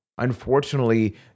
Unfortunately